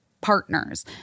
partners